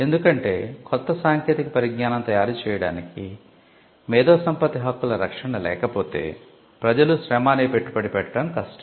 ఎందుకంటే కొత్త సాంకేతిక పరిజ్ఞానo తయారు చేయడానికి మేధోసంపత్తి హక్కుల రక్షణ లేకపోతే ప్రజలు శ్రమ అనే పెట్టుబడి పెట్టడం కష్టం